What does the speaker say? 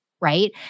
Right